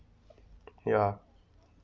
ya